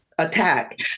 Attack